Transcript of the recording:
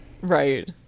Right